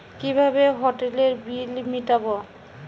কিভাবে হোটেলের বিল মিটাব?